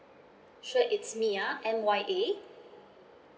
sure it's mya M Y A